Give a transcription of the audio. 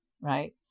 right